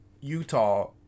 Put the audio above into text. Utah